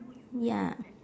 ya